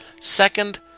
Second